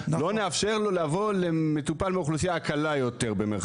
לא נאפשר לו לבוא למטופל מהאוכלוסייה ה"קלה" יותר.